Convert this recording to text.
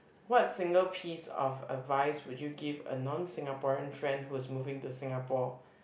what single piece of advice would you give a non Singaporean friend who's moving to Singapore